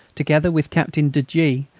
together with captain de g,